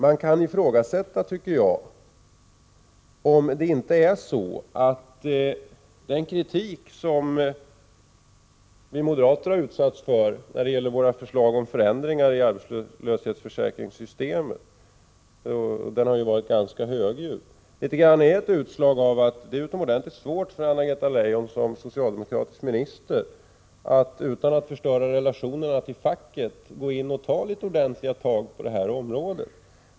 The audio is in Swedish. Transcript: Man kan ifrågasätta, tycker jag, om det inte är så att den kritik som vi moderater har utsatts för när det gäller våra förslag om förändringar i arbetslöshetsförsäkringssystemet — den har ju varit ganska högljudd — i viss mån är ett utslag av detta, att det är utomordentligt svårt för Anna-Greta Leijon som socialdemokratisk minister att, utan att förstöra relationerna till facket, gå in och ta ordentliga tag på det här området.